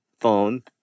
phone